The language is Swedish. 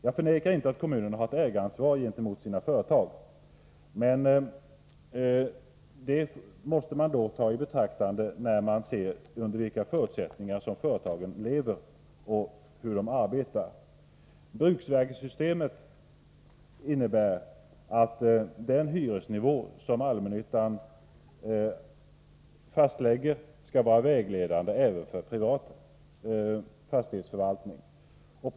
Jag förnekar inte att kommunerna har ett ägaransvar gentemot sina företag. Detta måste man beakta när man bedömer under vilka förutsättningar företagen lever och arbetar. Bruksvärdessystemet innebär att den hyresnivå som allmännyttan fastlägger skall vara vägledande även för den privata fastighetsförvaltningen.